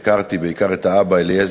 הכרתי את משפחת רוניס, בעיקר את האבא אליעזר.